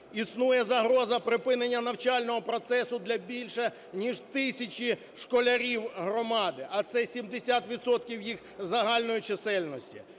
Існує загроза припинення навчального процесу для більше ніж тисячі школярів громади, а це 70 відсотків їх загальної чисельності,